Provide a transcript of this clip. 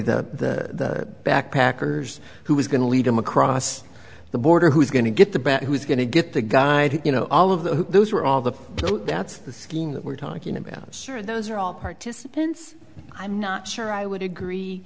that backpackers who was going to lead them across the border who's going to get the back who's going to get the guy you know all of those those are all the that's the scheme that we're talking about sure those are all participants i'm not sure i would agree